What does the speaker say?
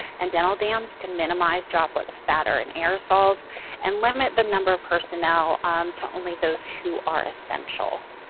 and dental dams to minimize droplet spatter, and aerosols and limit the number of personnel um to only those who are essential.